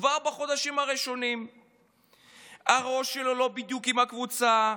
כבר בחודשים הראשונים הראש שלו לא בדיוק עם הקבוצה.